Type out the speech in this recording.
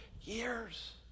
years